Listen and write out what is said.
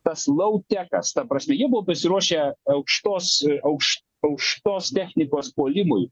tas lautekas ta prasme jie buvo pasiruošę aukštos aukš aukštos technikos puolimui